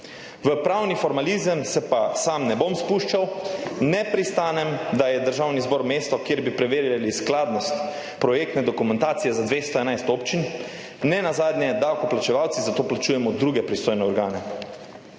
V pravni formalizem se pa sam ne bom spuščal. Ne pristanem, da je Državni zbor mesto, kjer bi preverjali skladnost projektne dokumentacije za 211 občin, nenazadnje davkoplačevalci za to plačujemo druge pristojne organe.